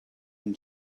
been